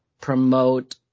promote